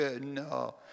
No